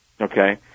okay